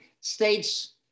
States